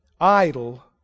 idle